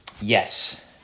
yes